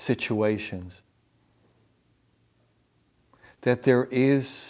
situations that there is